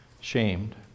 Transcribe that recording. Shamed